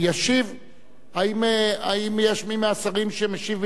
האם יש מי מהשרים שמשיב במקום שר המשפטים?